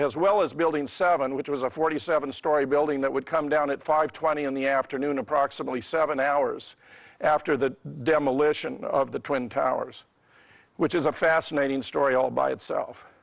as well as building seven which was a forty seven story building that would come down at five twenty in the afternoon approximately seven hours after the demolition of the twin towers which is a fascinating story all by itself